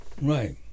Right